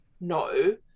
no